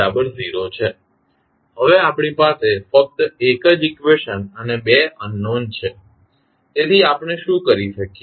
હવે આપણી પાસે ફકત એક જ ઇકવેશન અને બે અનોન છે તેથી આપણે શું કરી શકીએ